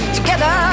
together